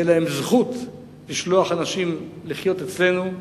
תהיה להם זכות לשלוח אנשים לחיות אצלנו,